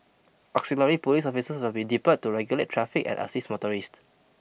auxiliary police officers will be deployed to regulate traffic and assist motorists